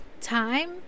time